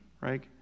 right